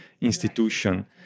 institution